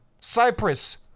Cyprus